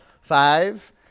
Five